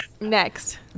Next